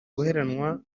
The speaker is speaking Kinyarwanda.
guheranwa